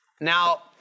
Now